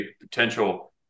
potential